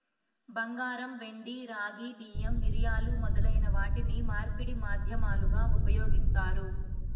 బంగారం, వెండి, రాగి, బియ్యం, మిరియాలు మొదలైన వాటిని మార్పిడి మాధ్యమాలుగా ఉపయోగిత్తారు